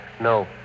No